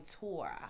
tour